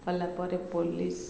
କଲା ପରେ ପୋଲିସ